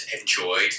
enjoyed